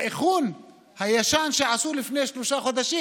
באיכון הישן שעשו לפני שלושה חודשים